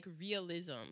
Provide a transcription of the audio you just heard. realism